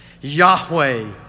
Yahweh